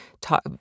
talk